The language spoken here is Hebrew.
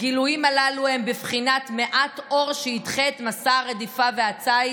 הגילויים הללו הם בבחינת מעט אור שידחה את מסע הרדיפה והציד,